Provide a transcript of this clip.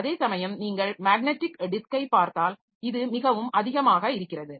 அதேசமயம் நீங்கள் மேக்னடிக் டிஸ்க்கை பார்த்தால் இது மிகவும் அதிகமாக இருக்கிறது